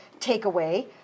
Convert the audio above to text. takeaway